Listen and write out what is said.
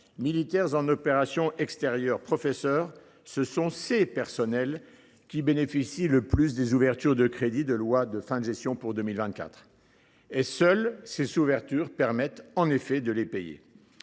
militaires en opérations extérieures, professeurs, ce sont ces personnels qui bénéficient le plus des ouvertures de crédits de la loi de fin de gestion pour 2024. Et seules ces ouvertures de crédits permettront de les payer.